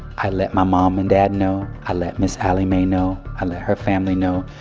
i let my mom and dad know. i let ms. alli mae know. i let her family know.